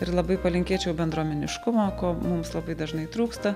ir labai palinkėčiau bendruomeniškumo ko mums labai dažnai trūksta